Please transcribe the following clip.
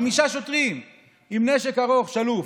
חמישה שוטרים עם נשק ארוך שלוף,